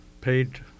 paid